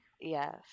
Yes